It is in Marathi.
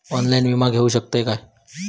ऑनलाइन विमा घेऊ शकतय का?